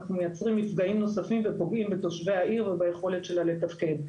אנחנו מייצרים מפגעים נוספים ופוגעים בתושבי העיר וביכולת שלה לתפקד.